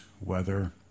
weather